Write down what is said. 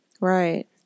Right